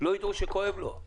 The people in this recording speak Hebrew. לא ידעו שכואב לו.